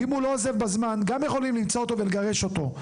ואם הוא לא עוזב בזמן גם יכולים למצוא אותו ולגרש אותו.